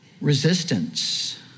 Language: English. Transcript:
resistance